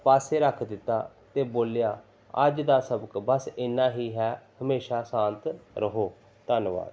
ਪਾਸੇ ਰੱਖ ਦਿੱਤਾ ਅਤੇ ਬੋਲਿਆ ਅੱਜ ਦਾ ਸਬਕ ਬਸ ਇੰਨਾਂ ਹੀ ਹੈ ਹਮੇਸ਼ਾਂ ਸ਼ਾਂਤ ਰਹੋ ਧੰਨਵਾਦ